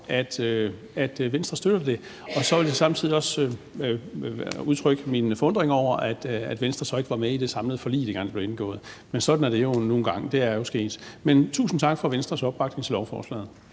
at Venstre støtter det, og så vil jeg samtidig også udtrykke min forundring over, at Venstre så ikke var med i det samlede forlig, dengang det blev indgået, men sådan er det jo nu engang; det er jo sket. Men tusind tak for Venstres opbakning til lovforslaget.